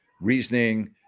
reasoning